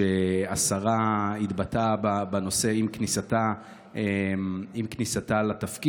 שהשרה התבטאה בנושא עם כניסתה לתפקיד,